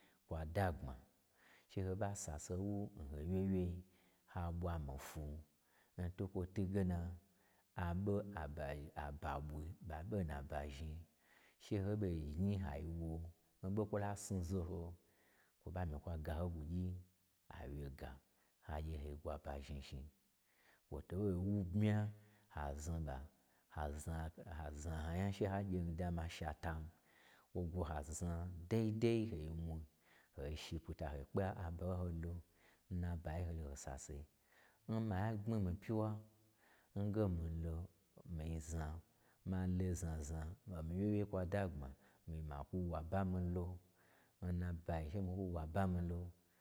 Kwa dagbma, che ho ɓa sase n wun ho wyewyei, ha ɓwa mi-i fwu, n twukwo twu ge na, a ɓo aba-aba ɓwui ɓa nu ɓe n na bnazhni-i. She ho ɓo zhni ai wo, o ɓon kwo la snu zaho, kwo ɓa myi kwa gaho nyi ɓwyugyi awyega, ha gye ho gwo aba zhnizhni kwo to ɓo wu-bmya haznu ɓa ha zna ha zna ho nya che ho gyen dama shatan, kwo gwo ha zna dai dai, yi mwui ho shi pita ho kpe aba n ho lo n nabayi n holo ho sase. N ma gb mi nii pyiwa ngemii lo mii zna ma lo zna zna, omii wye wyei kwa dagbma mi-i ma kwu wu aba m miilo, n nabayi she mii kwu waban mii lo.